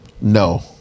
no